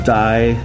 die